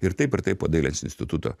ir taip ir taip po dailės instituto